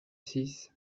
six